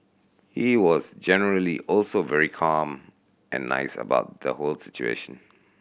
he was generally also very calm and nice about the whole situation